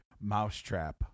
Mousetrap